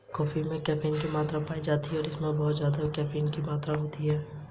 मेरे बागान में गुलदाउदी के फूल लगाने हैं